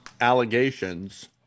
allegations